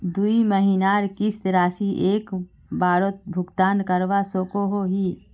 दुई महीनार किस्त राशि एक बारोत भुगतान करवा सकोहो ही?